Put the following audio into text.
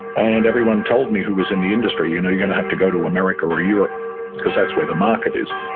and everyone told me who was in the industry, you know you're going to have to go to america or europe because that's where the market is.